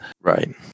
Right